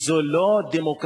וזו לא דמוקרטיה,